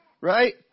right